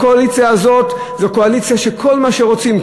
הקואליציה הזאת זו קואליציה שכל מה שרוצים,